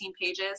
pages